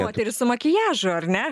moterys su makiažu ar ne